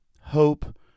hope